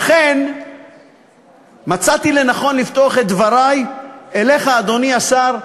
לכן מצאתי לנכון לפתוח את דברי אליך, אדוני השר.